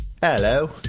Hello